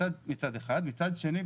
מצד שני,